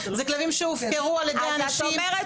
זה כלבים שהופקרו על ידי אנשים --- אז את אומרת